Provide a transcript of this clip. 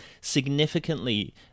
significantly